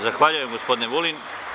Zahvaljujem, gospodine Vulin.